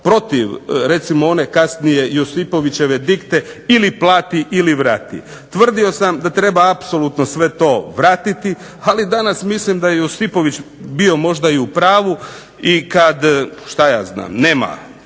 protiv recimo one kasnije Josipovićeve dikte ili plati ili vrati. Tvrdio sam da treba apsolutno sve to vratiti, ali danas mislim da Josipović bio možda i u pravu, i kad šta ja znam nema